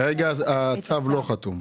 כרגע הצו לא חתום.